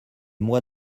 mois